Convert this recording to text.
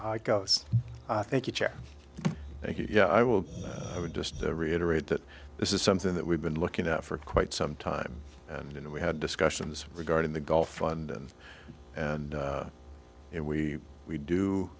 you thank you yeah i will i would just reiterate that this is something that we've been looking at for quite some time and we had discussions regarding the gulf fund and and and we we do